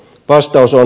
vastaus on